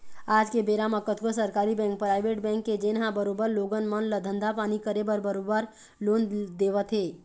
आज के बेरा म कतको सरकारी बेंक, पराइवेट बेंक हे जेनहा बरोबर लोगन मन ल धंधा पानी करे बर बरोबर लोन देवत हे